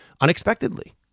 unexpectedly